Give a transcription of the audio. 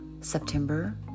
September